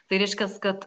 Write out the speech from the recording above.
tai reiškias kad